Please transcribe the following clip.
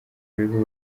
bieber